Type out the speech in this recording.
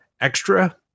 extra